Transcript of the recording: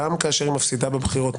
גם כאשר היא מפסידה בבחירות,